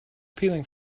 peeling